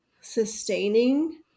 sustaining